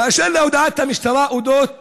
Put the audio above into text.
באשר להודעת המשטרה אודות